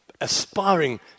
aspiring